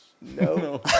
No